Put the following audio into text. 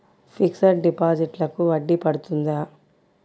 Fixed డిపాజిట్లకు వడ్డీ పడుతుందా?